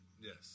Yes